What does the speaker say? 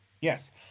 Yes